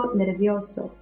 nervioso